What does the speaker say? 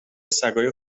سگای